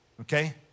Okay